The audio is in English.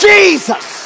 Jesus